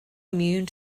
immune